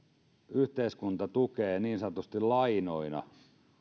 yhteiskunta tukee niin sanotusti lainoina